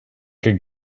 could